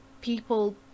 people